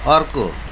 अर्को